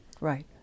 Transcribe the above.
Right